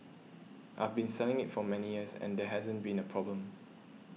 I have been selling it for many years and there hasn't been a problem